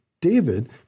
David